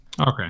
Okay